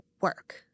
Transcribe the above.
work